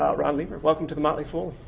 ron lieber, welcome to the motley fool.